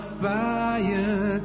fire